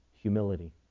Humility